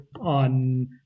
on